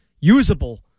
usable